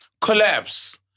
collapse